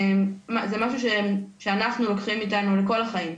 זה משהו שאנחנו לוקחים איתנו לכל החיים.